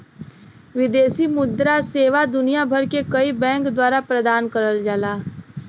विदेशी मुद्रा सेवा दुनिया भर के कई बैंक द्वारा प्रदान करल जाला